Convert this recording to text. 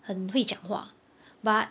很会讲话 but